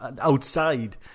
outside